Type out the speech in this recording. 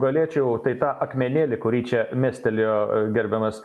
galėčiau tai tą akmenėlį kurį čia mestelėjo gerbiamas